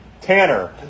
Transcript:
Tanner